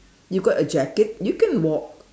you got a jacket you can walk